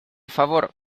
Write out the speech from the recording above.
favor